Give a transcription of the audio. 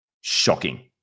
shocking